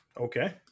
Okay